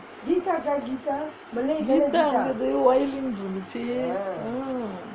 guitar இருந்தது:irunthathu violin இருந்துச்சு:irunthuchu ah